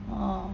ah